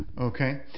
Okay